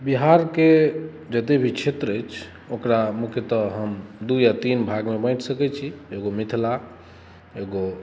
बिहारके जते भी क्षेत्र अछि ओकरा मुख्यतः हम दू या तीन भाग मे बाॅंटि सकै छी एगो मिथिला एगो